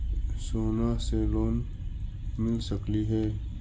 सोना से लोन मिल सकली हे?